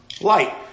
Light